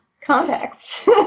context